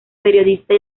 periodista